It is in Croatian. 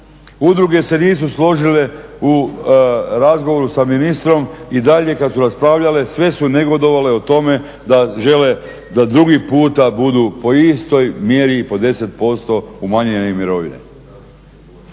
Udruge se nisu složile u razgovoru sa ministrom i dalje kad su raspravljale sve su negodovale o tome da žele da drugi puta budu po istoj mjeri po 10% umanjene mirovine.